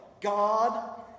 God